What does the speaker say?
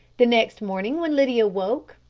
the next morning when lydia woke,